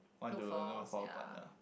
look for sia